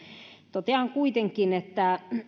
totean kuitenkin että